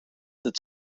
that